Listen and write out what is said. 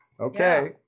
Okay